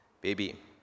baby